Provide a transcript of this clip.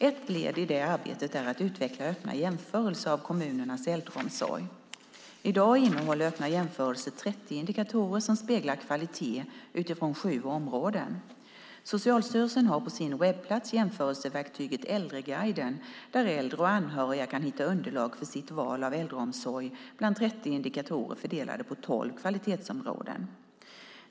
Ett led i det arbetet är att utveckla öppna jämförelser av kommunernas äldreomsorg. I dag innehåller öppna jämförelser 30 indikatorer som speglar kvalitet utifrån sju områden. Socialstyrelsen har på sin webbplats jämförelseverktyget Äldreguiden där äldre och anhöriga kan hitta underlag för sitt val av äldreomsorg bland 30 indikatorer fördelade på tolv kvalitetsområden.